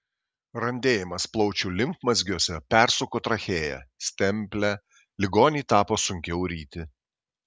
randėjimas plaučių limfmazgiuose persuko trachėją stemplę ligonei tapo sunkiau ryti